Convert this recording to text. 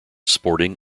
sporting